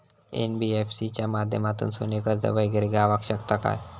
NBFC च्या माध्यमातून सोने कर्ज वगैरे गावात शकता काय?